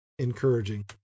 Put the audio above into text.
encouraging